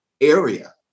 area